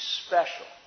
special